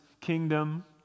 kingdom